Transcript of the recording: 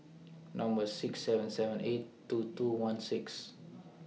Number six seven seven eight two two one six